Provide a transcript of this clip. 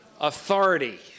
Authority